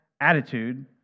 attitude